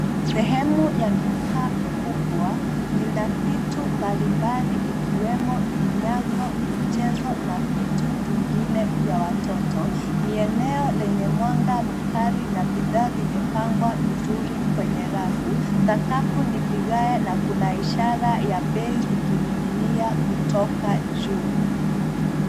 Sehemu ya duka kubwa lina vitu mbalimbali ikiwemo vinyago, michezo na vitu vingine vya watoto. Ni eneo lenye mwanga mkali na bidhaa zimepangwa vizuri kwenye rafu. Sakafu ni vigae na kuna ishara ya bei zikining'inia kutoka juu.